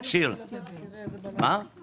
מקווה